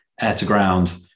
air-to-ground